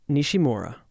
Nishimura